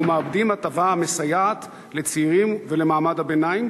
ומאבדים הטבה המסייעת לצעירים ולמעמד הביניים,